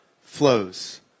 flows